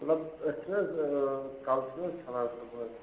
مطلب أسۍ چھِنہٕ حظ کلہٕ چھِنہٕ حظ چھَلان صُبحٲے